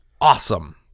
awesome